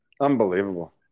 unbelievable